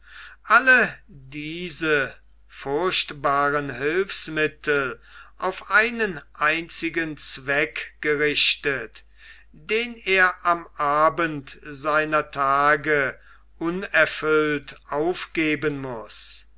alle diese furchtbaren hilfsmittel auf einen einzigen zweck gerichtet den er am abend seiner tage unerfüllt aufgeben muß